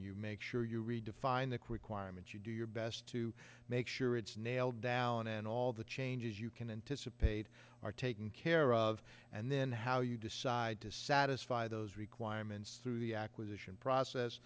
you make sure you redefine the quick wire and you do your best to make sure it's nailed down and all the changes you can anticipate are taken care of and then how you decide to satisfy those requirements through the acquisition process